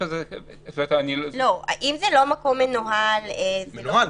אם זה לא מקום מנוהל --- מנוהל.